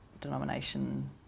denomination